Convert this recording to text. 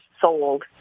sold